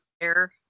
air